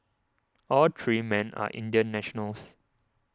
all three men are Indian nationals